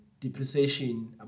depreciation